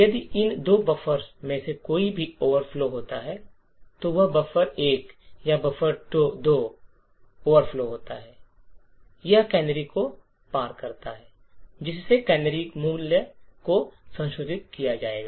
यदि इन दो बफ़र्स में से कोई भी ओवरफ्लो होता है तो वह बफर1 या बफर2 ओवरफ्लो होता है और यह कैनरी को पार करता है जिससे कैनरी मूल्य को संशोधित किया जाएगा